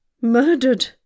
Murdered